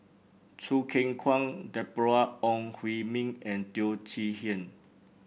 Choo Keng Kwang Deborah Ong Hui Min and Teo Chee Hean